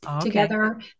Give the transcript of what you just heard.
together